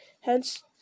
hence